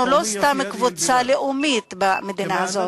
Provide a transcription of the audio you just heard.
אנחנו לא סתם קבוצה לאומית במדינה הזאת.